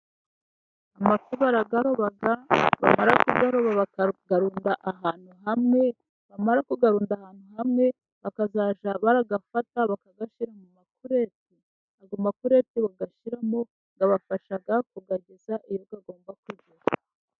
Amafi barayaroba, bamara kuyaroba bakayarunda ahantu hamwe, bamara kuyarunda ahantu hamwe bakazajya barayafata bakayashira mu makureti, ayo makurete bayashyiramo abafasha kuyageza iyo agomba kujya.